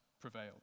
prevailed